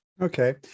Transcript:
Okay